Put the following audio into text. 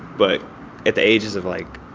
but at the ages of, like,